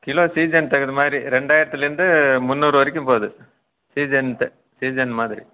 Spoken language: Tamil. கிலோ சீசன் தகுந்த மாதிரி ரெண்டாயிரத்திலேருந்து முந்நூறு வரைக்கும் போது சீசன்ட்டு சீசன் மாதிரி